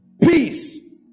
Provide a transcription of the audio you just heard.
Peace